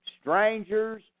strangers